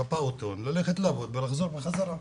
בפעוטון, ללכת לעבוד ולחזור בחזרה,